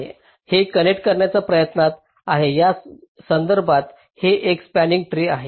हे कनेक्ट करण्याच्या प्रयत्नात आहे या संदर्भात हे एक स्पंनिंग ट्री आहे